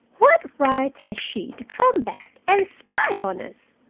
what right has she to come back, and spy on us?